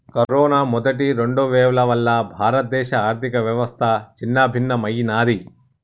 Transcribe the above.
corona మొదటి, రెండవ వేవ్ల వల్ల భారతదేశ ఆర్ధికవ్యవస్థ చిన్నాభిన్నమయ్యినాది